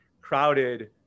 crowded